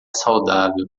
saudável